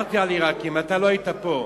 דיברתי על עירק, אתה לא היית פה.